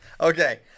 Okay